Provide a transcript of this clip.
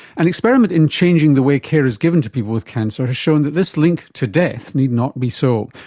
an experiment in changing the way care is given to people with cancer has shown that this link to death need not be so,